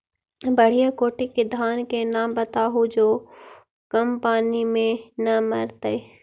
बढ़िया कोटि के धान के नाम बताहु जो कम पानी में न मरतइ?